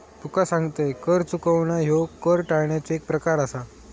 तुका सांगतंय, कर चुकवणा ह्यो कर टाळण्याचो एक प्रकार आसा